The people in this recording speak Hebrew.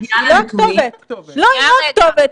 היא לא הכתובת.